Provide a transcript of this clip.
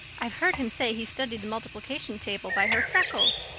i've heard him say he studied the multiplication table by her freckles.